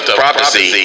prophecy